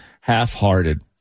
half-hearted